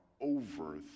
over